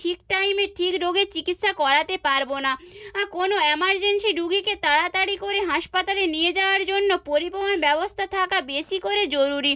ঠিক টাইমে ঠিক রোগের চিকিৎসা করাতে পারব না কোনো এমারজেন্সি রোগীকে তাড়াতাড়ি করে হাসপাতালে নিয়ে যাওয়ার জন্য পরিবহণ ব্যবস্থা থাকা বেশি করে জরুরি